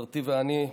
חברתי ואני,